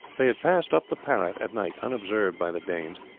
they had passed up the parrot at night unobserved by the danes,